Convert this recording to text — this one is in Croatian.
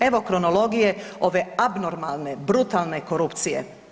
Evo, kronologije ove abnormalne, brutalne korupcije.